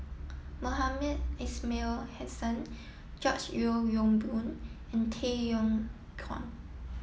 Mohamed Ismail Hussain George Yeo Yong Boon and Tay Yong Kwang